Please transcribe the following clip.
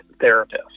therapist